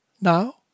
Now